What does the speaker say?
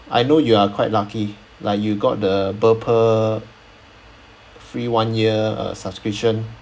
I know you are quite lucky like you got the burpple free one year uh subscription